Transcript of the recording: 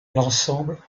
l’ensemble